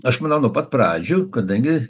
aš manau nuo pat pradžių kadangi